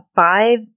five